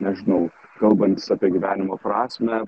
nežinau kalbantys apie gyvenimo prasmę